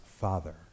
father